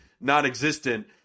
non-existent